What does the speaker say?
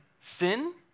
sin